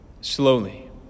Slowly